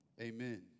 Amen